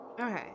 Okay